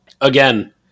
again